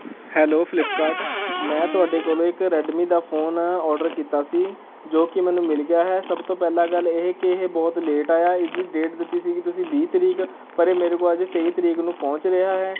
hello Flipkart ਮੈਂ ਤੁਹਾਡੇ ਕੋਲ ਇੱਕ ਰੈੱਡਮੀ ਦਾ ਫੋਨ ਆਰਡਰ ਕੀਤਾ ਸੀ ਜੋ ਕਿ ਮੈਨੂੰ ਮਿਲ ਗਿਆ ਹੈ ਸਭ ਤੋਂ ਪਹਿਲਾਂ ਗੱਲ ਇਹ ਕਿ ਇਹ ਬਹੁਤ ਲੇਟ ਆਇਆ ਇਸ ਦੀ ਡੇਟ ਦਿੱਤੀ ਸੀ ਤੁਸੀਂ ਵੀਹ ਤਰੀਕ ਪਰ ਇਹ ਮੇਰੇ ਕੋਲ਼ ਅੱਜ ਤੇਈ ਤਰੀਕ ਨੂੰ ਪਹੁੰਚ ਰਿਹਾ ਹੈ